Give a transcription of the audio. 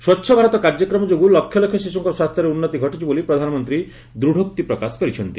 ସ୍ପଚ୍ଛ ଭାରତ କାର୍ଯ୍ୟକ୍ମ ଯୋଗୁଁ ଲକ୍ଷଲକ୍ଷ ଶିଶ୍ରଙ୍କ ସ୍ୱାସ୍ଥ୍ୟରେ ଉନ୍ନତି ଘଟିଛି ବୋଲି ପ୍ରଧାନମନ୍ତ୍ରୀ ଦୂଢ଼ୋକ୍ତି ପ୍ରକାଶ କରିଚ୍ଛନ୍ତି